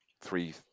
three